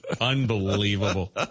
Unbelievable